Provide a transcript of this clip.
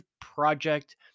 project